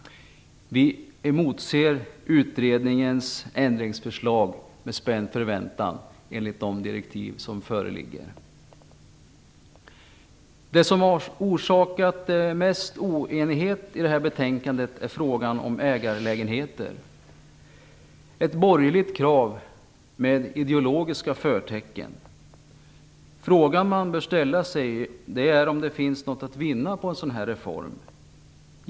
Vi emotser, med de direktiv som föreligger, utredningens ändringsförslag med spänd förväntan. Det som har orsakat mest oenighet i det här betänkandet är frågan om ägarlägenheter. Det är ett borgerligt krav med ideologiska förtecken. Den fråga man bör ställa sig är om det finns något att vinna på en sådan reform.